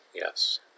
Yes